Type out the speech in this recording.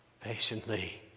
patiently